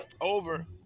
over